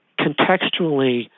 contextually